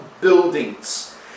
buildings